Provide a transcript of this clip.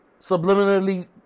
subliminally